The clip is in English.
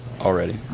already